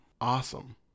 awesome